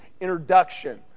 introduction